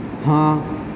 ہاں